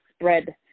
spread